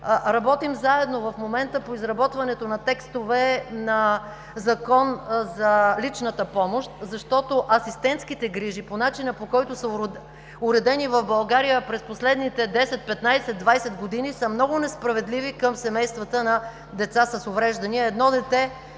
работим заедно по изработването на текстове на Закон за личната помощ, защото асистентските грижи по начина, по който са уредени в България през последните 10, 15, 20 години, са много несправедливи към семействата на деца с увреждания.